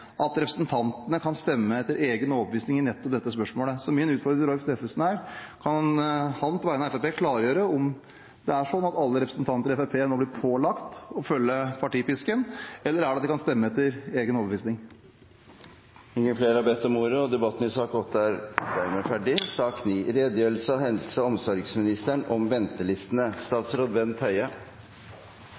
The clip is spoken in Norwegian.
at representantene kan stemme etter egen overbevisning i nettopp slike spørsmål. Så min utfordring til Roy Steffensen er: Kan han på vegne av Fremskrittspartiet klargjøre om det er sånn at alle representanter i Fremskrittspartiet nå blir pålagt å følge partipisken, eller kan de stemme etter egen overbevisning? Flere har ikke bedt om ordet til sak nr. 8. Jeg er glad for å komme til Stortinget i dag for å redegjøre om registrering av ventetider i spesialisthelsetjenesten. Det er